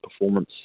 performance